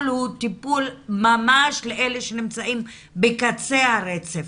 הוא טיפול ממש לאלה שנמצאים בקצה הרצף.